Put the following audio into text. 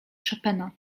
chopina